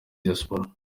diaspora